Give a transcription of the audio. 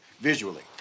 visually